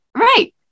Right